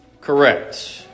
correct